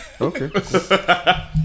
Okay